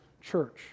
Church